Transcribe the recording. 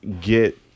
get